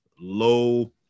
low